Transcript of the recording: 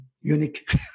unique